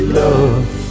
love